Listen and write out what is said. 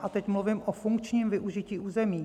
A teď mluvím o funkčním využití území.